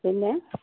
പിന്നെ